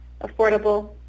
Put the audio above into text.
affordable